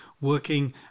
working